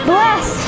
Bless